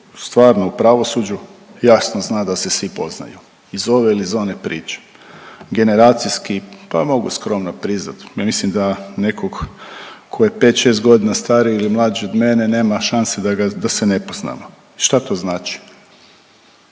stvarno u pravosuđu jasno zna da se svi poznaju iz ove ili iz one priče. Generacijski pa mogu skromno priznati mislim da nekog tko je 5-6 godina stariji ili mlađi od mene nema šanse da ga, da se ne poznamo. Šta to znači?